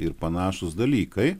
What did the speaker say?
ir panašūs dalykai